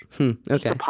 Okay